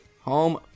home